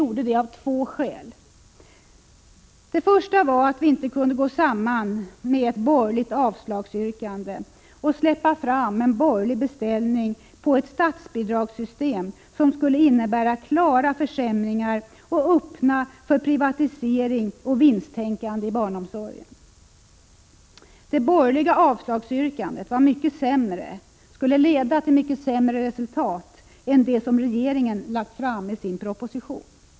Det första skälet var att vi inte kunde gå samman med ett borgerligt — Prot. 1986/87:135 avslagsyrkande och släppa fram en borgerlig beställning på ett statsbidrags 3 juni 1987 system som skulle innebära klara försämringar och öppna för privatisering och vinsttänkande i barnomsorgen. Det borgerliga avslagsyrkandet skulle leda till mycket sämre resultat än det som regeringen har lagt fram i sin proposition.